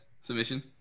submission